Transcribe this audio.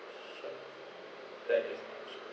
sure thank you so much